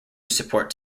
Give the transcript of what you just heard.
support